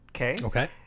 Okay